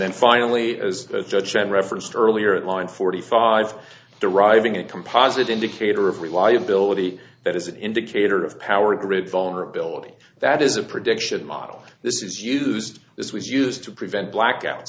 then finally as judge and referenced earlier at line forty five deriving a composite indicator of reliability that is an indicator of power grid vulnerability that is a prediction model this is used this was used to prevent blackouts